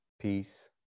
peace